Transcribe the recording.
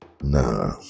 nah